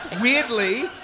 Weirdly